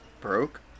broke